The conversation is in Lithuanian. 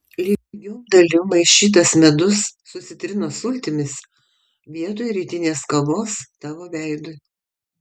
lygiom dalim maišytas medus su citrinos sultimis vietoj rytinės kavos tavo veidui